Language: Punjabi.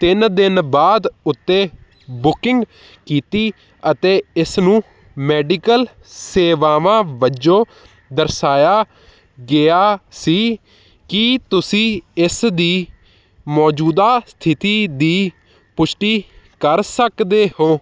ਤਿੰਨ ਦਿਨ ਬਾਅਦ ਉੱਤੇ ਬੁਕਿੰਗ ਕੀਤੀ ਅਤੇ ਇਸਨੂੰ ਮੈਡੀਕਲ ਸੇਵਾਵਾਂ ਵੱਜੋਂ ਦਰਸਾਇਆ ਗਿਆ ਸੀ ਕੀ ਤੁਸੀਂ ਇਸਦੀ ਮੌਜੂਦਾ ਸਥਿਤੀ ਦੀ ਪੁਸ਼ਟੀ ਕਰ ਸਕਦੇ ਹੋ